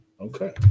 Okay